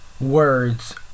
words